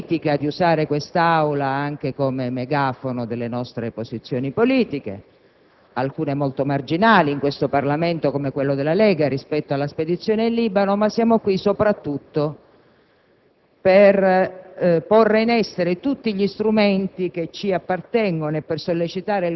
Abbiamo naturalmente il diritto, la facoltà, la necessità politica di usare quest'Aula anche come megafono delle nostre posizioni politiche, alcune molto marginali in questo Parlamento, come quelle della Lega, rispetto alla spedizione in Libano, ma siamo qui soprattutto